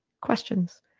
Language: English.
questions